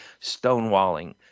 stonewalling